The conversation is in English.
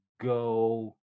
go